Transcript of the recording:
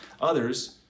Others